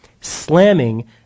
slamming